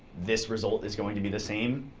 this result is going to be the same.